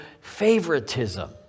favoritism